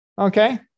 Okay